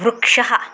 वृक्षः